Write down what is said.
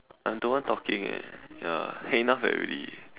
I'm the one talking eh ya had enough of that already